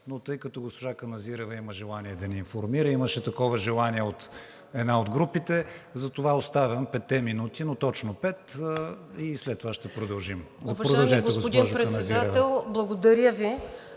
но тъй като госпожа Каназирева има желание да ни информира, имаше такова желание от една от групите, затова оставям петте минути, но точно пет и след това ще продължим. Продължете, госпожо Каназирева.